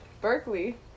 Berkeley